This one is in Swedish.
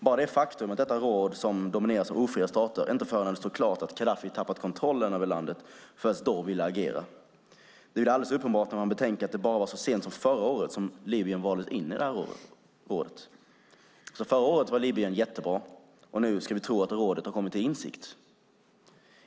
Bara det faktum att detta råd, som domineras av ofria stater, inte förrän det stod klart att Gaddafi tappat kontrollen över landet ville agera. Det blir alldeles uppenbart när man betänker att det bara var så sent som förra året som Libyen valdes in i rådet! Förra året var Libyen jättebra - och nu ska vi tro att rådet har kommit till insikt.